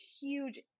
huge